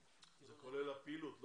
זה כולל הפעילות?